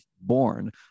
born